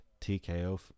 TKO